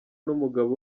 n’umugabo